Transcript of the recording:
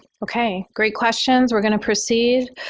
ok, great questions. we're going to proceed.